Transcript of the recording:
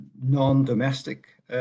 non-domestic